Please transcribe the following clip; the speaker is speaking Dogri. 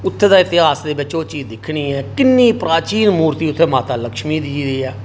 उत्थूं दे इितहास बिच ओह् चीज दिक्खनी ऐ किन्नी प्राचीन मूर्ती उत्थै माता लक्ष्मीजी दी ऐ